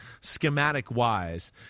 schematic-wise